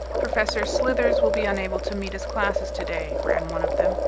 professor slithers will be unable to meet his classes today, ran one of them,